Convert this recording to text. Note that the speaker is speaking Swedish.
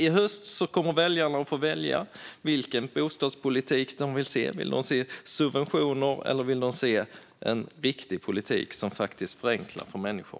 I höst kommer väljarna att få välja vilken bostadspolitik de vill se. Vill de se subventioner eller en riktig politik som faktiskt förenklar för människor?